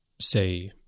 say